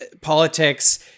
politics